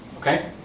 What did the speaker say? okay